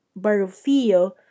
Barufio